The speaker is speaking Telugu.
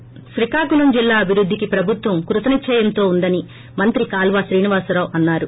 ి శ్రీకాకుళం జిల్లా అభివృద్దికి ప్రభుత్వం కృత నిశ్చయంతో ఉందని మంత్రి కాల్వ శ్రీనివాసరావు అన్నారు